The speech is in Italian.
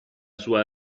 sua